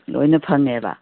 ꯂꯣꯏꯅ ꯐꯪꯉꯦꯕ